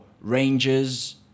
Rangers